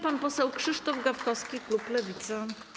Pan poseł Krzysztof Gawkowski, klub Lewica.